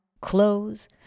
clothes